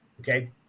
Okay